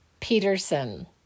Peterson